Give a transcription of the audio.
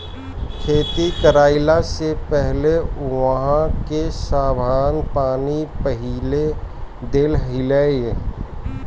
खेती कईला से पहिले उहाँ के साधन पानी पहिले देख लिहअ